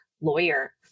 lawyer